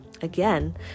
again